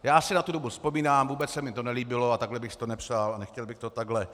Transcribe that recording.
Já si na tu dobu vzpomínám, vůbec se mi to nelíbilo a takhle bych si to nepřál a nechtěl bych to takhle.